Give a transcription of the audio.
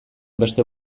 beste